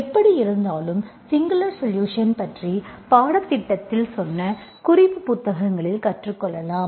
எப்படியிருந்தாலும் singular solution பற்றி பாடத்திட்டத்தில் சொன்ன குறிப்பு புத்தகங்களில் கற்றுக்கொள்ளலாம்